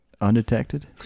undetected